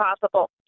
possible